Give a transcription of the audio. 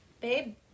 Babe